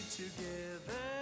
together